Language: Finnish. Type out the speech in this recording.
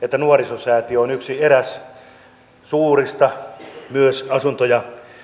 että nuorisosäätiö on yksi suurista myös asuntoja